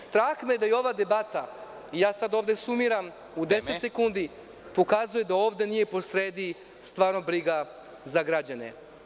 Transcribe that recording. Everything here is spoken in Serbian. Strah me je da ova debata, sumiram u 10 sekundi, pokazuje da ovde nije po sredi stvarna briga za građane.